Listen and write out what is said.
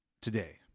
today